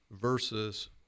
versus